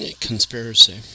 conspiracy